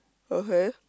okay